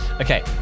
Okay